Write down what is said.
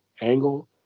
angle